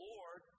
Lord